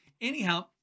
Anyhow